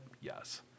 yes